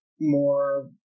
more